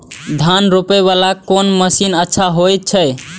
धान रोपे वाला कोन मशीन अच्छा होय छे?